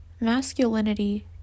Masculinity